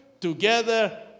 together